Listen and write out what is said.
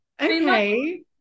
okay